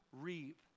reap